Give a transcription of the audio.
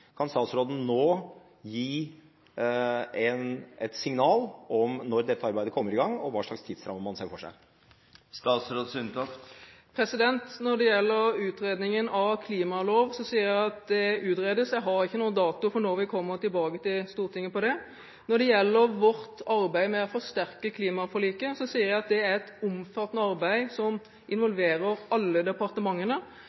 Kan statsråden nå gi et signal om når dette arbeidet kommer i gang og hva slags tidsramme man ser for seg? Når det gjelder utredningen av klimalov, sier jeg at det utredes. Jeg har ikke noen dato for når vi kommer tilbake til Stortinget med det. Når det gjelder vårt arbeid med å forsterke klimaforliket, sier jeg at det er et omfattende arbeid som